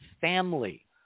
family